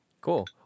Cool